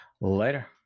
later